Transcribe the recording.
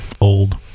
old